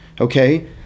Okay